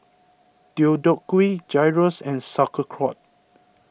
Deodeok Gui Gyros and Sauerkraut